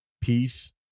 peace